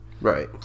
Right